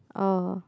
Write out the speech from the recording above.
oh